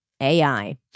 AI